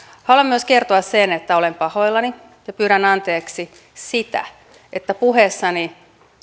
haluan myös kertoa sen että olen pahoillani ja pyydän anteeksi sitä että puheestani